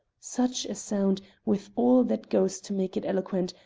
such a sound, with all that goes to make it eloquent,